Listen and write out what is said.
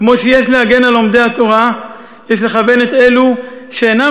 כמו שיש להגן על לומדי התורה יש לכוון את אלו שאינם